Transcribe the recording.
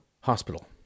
hospital